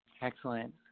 Excellent